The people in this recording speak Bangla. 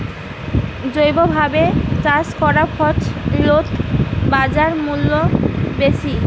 জৈবভাবে চাষ করা ফছলত বাজারমূল্য বেশি